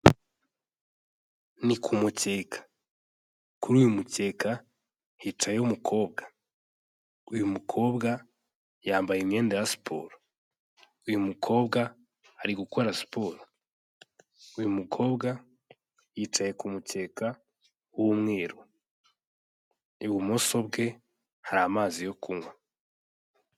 Ni ku mukeka, kuri uyu mukeka hicayeho umukobwa, uyu mukobwa yambaye imyenda ya siporo, uyu mukobwa ari gukora siporo, uyu mukobwa yicaye ku mukeka w'umweru, ibumoso bwe hari amazi yo kunywa.